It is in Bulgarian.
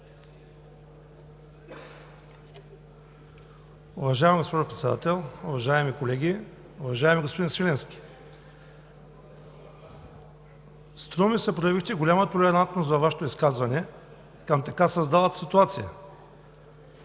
Уважаема госпожо Председател, уважаеми колеги! Уважаеми господин Свиленски, струва ми се, че проявихте голяма толерантност във Вашето изказване към така създалата се ситуация.